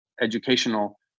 educational